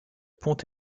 pont